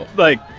like.